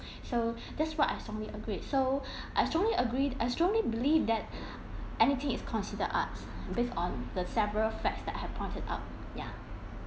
so that's what I strongly agree so I strongly agreed I strongly believe that anything is consider arts based on the several facts that have pointed out ya